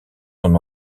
son